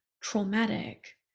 traumatic